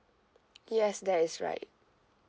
yes that is right